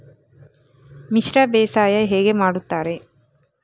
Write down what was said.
ಮಿಶ್ರ ಬೇಸಾಯ ಹೇಗೆ ಮಾಡುತ್ತಾರೆ?